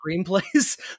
screenplays